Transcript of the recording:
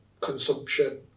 consumption